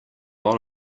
lot